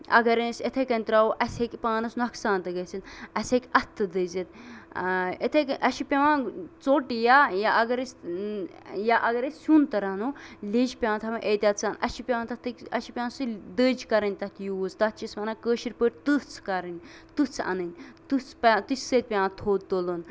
اَگر أسۍ یِتھٕے کٔنۍ تراوو اَسہِ ہیٚکہِ پانس نۄقصان تہِ گٔژھِتھ اَسہِ ہیٚکہِ اَتھٕ تہِ دٔزِتھ یِتھٕے کَنۍ اَسہِ چھُ پیوان ژوٚٹ یا یا اَگر أسۍ یا اَگر أسۍ سیُن تہِ رَناو لیجہِ پیوان تھاوٕنۍ احتِیات سان اَسہِ چھُ پیوان تَتھ اَسہِ چھُ پیوان سُہ دٔجۍ کرٕنۍ تَتھ یوٗز تَتھ چھِ أسۍ وَنان کٲشِر پٲٹھۍ تٔژھ کَرٕنۍ تٔژھ اَنٕنۍ تٔژھ پیٚوان تٔژھِ سۭتۍ پیوان تھوٚد تُلُن